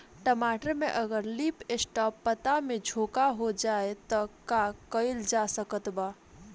टमाटर में अगर लीफ स्पॉट पता में झोंका हो जाएँ त का कइल जा सकत बा?